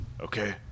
Okay